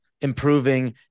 improving